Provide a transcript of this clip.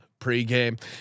pregame